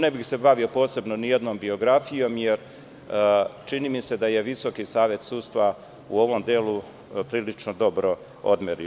Ne bih se bavio posebno ni jednom biografijom, jer čini mi se, da je Visoki savez sudstva u ovom delu prilično dobro to odmerio.